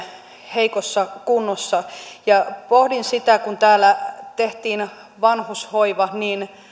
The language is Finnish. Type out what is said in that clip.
heikossa kunnossa pohdin sitä kun täällä tehtiin vanhushoiva niin